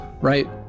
right